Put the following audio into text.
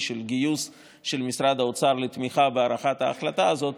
בגיוס של משרד האוצר לתמיכה בהארכת ההחלטה הזאת,